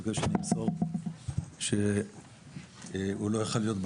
והוא ביקש למסור שהוא לא היה יכול להיות בוועדה.